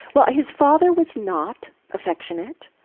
well, his father was not affectionate.